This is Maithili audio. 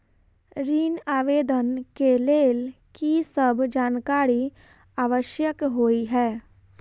ऋण आवेदन केँ लेल की सब जानकारी आवश्यक होइ है?